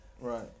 right